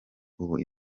ubu